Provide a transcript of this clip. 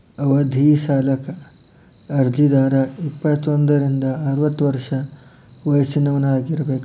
ಅವಧಿ ಸಾಲಕ್ಕ ಅರ್ಜಿದಾರ ಇಪ್ಪತ್ತೋಂದ್ರಿಂದ ಅರವತ್ತ ವರ್ಷ ವಯಸ್ಸಿನವರಾಗಿರಬೇಕ